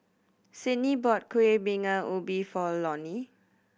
Sydnie bought Kuih Bingka Ubi for Lonie